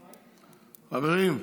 חברים,